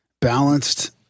balanced